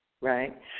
right